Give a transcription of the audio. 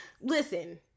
listen